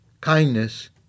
kindness